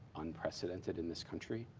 unprecedented in this country.